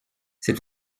ces